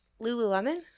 Lululemon